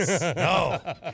No